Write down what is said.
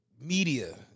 media